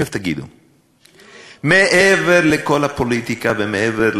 ישיב בהמשך סגן שר הפנים משולם נהרי.